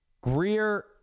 Greer